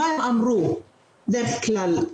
מה הם אמרו בדרך כלל?